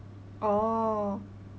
oh